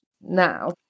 now